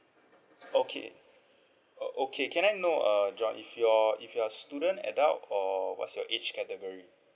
okay oh okay can I know uh john if you're if you're student adult or what's your age category